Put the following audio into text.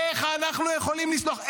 איך אנחנו יכולים לסלוח?